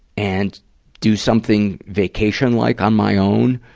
and do something vacation-like on my own,